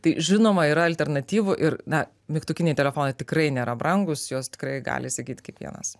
tai žinoma yra alternatyvu ir na mygtukiniai telefonai tikrai nėra brangūs juos tikrai gali įsigyt kiekvienas